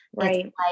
Right